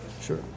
Sure